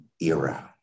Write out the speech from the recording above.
era